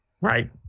Right